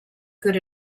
good